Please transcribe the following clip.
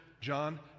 John